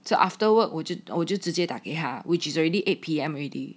so afterward 我就我就直接打给他 which is already eight P_M already